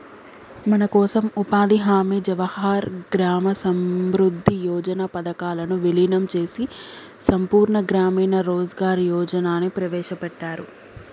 మనకోసం ఉపాధి హామీ జవహర్ గ్రామ సమృద్ధి యోజన పథకాలను వీలినం చేసి సంపూర్ణ గ్రామీణ రోజ్గార్ యోజనని ప్రవేశపెట్టారు